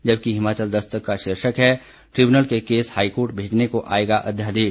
जबकि हिमाचल दस्तक का शीर्षक है द्रिब्यूनल के केस हाईकोर्ट भेजने को आएगा अध्यादेश